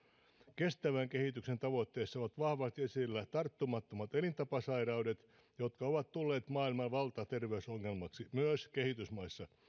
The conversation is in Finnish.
kestävän kehityksen tavoitteissa ovat vahvasti esillä tarttumattomat elintapasairaudet jotka ovat tulleet maailman valtaterveysongelmaksi myös kehitysmaissa